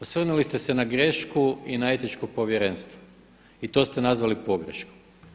Osvrnuli ste se na grešku i na Etičko povjerenstvo i to ste nazvali pogreškom.